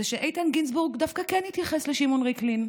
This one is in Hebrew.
זה שאיתן גינזבורג דווקא כן התייחס לשמעון ריקלין,